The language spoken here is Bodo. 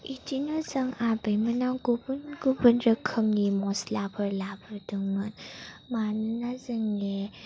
बिदिनो जों आबैमोनाव गुबुन गुबुन रोखोमनि मस्लाफोर लाबोदोंमोन मानोना जोंनि